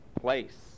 place